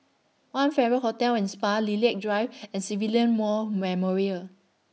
one Farrer Hotel and Spa Lilac Drive and Civilian More Memorial